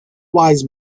wise